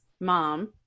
mom